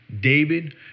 David